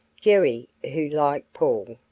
jerry, who, like paul,